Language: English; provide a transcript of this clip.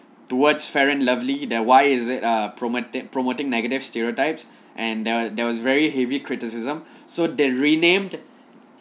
towards fair and lovely that why is it err promoting promoting negative stereotypes and there there was very heavy criticism so they renamed